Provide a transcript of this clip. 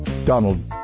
Donald